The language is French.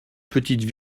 petites